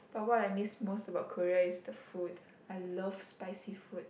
but what I miss most about Korea is the food I love spicy food